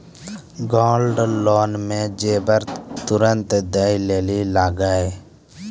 Gold loan मे जेबर तुरंत दै लेली लागेया?